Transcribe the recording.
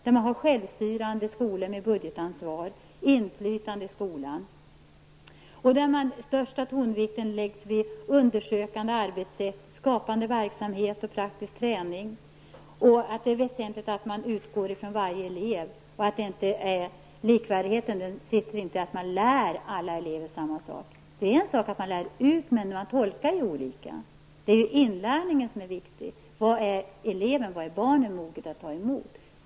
Skolan är självstyrande med budgetansvar. Det finns inflytande i skolans arbete. Den största tonvikten läggs vid undersökande arbetssätt, skapande verksamhet och praktisk träning. Det väsentliga är att utgå från varje enskild elev. Likvärdigheten ligger inte i att lära elever samma sak. Det är en sak att lära ut, men tolkningarna är ju olika. Det viktiga är inlärningen. Vad är eleven och barnet moget att ta emot?